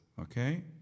Okay